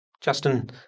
Justin